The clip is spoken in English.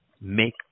make